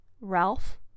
Ralph